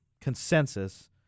consensus